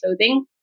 clothing